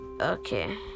Okay